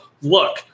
look